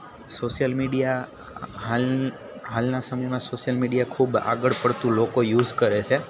social media હાલનાં સમયમાં social media ખૂબ આગળ પડતું લોકો યુસ કરે છે